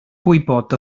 gwybod